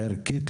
ערכית,